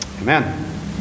Amen